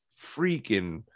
freaking